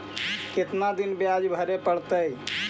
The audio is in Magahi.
कितना दिन बियाज भरे परतैय?